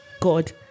God